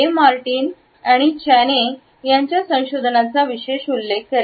Martin आणि चॅने यांचे संशोधनाचा विशेष उल्लेख करेल